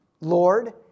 Lord